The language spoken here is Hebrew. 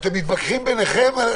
תהיי בכוננות אם יהיו עוד נקודות.